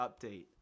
update